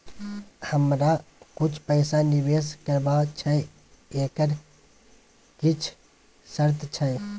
हमरा कुछ पैसा निवेश करबा छै एकर किछ शर्त छै?